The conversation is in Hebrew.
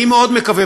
אני מאוד מקווה,